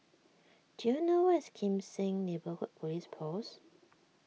do you know where is Kim Seng Neighbourhood Police Post